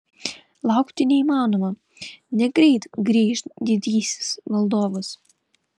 laukti neįmanoma negreit grįš didysis valdovas